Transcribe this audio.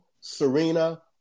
Serena